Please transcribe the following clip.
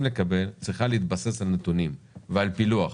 לקבל צריכה להתבסס על נתונים ועל פילוח.